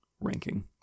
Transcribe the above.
ranking